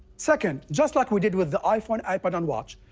second, just like we did with the iphone, ipad and watch,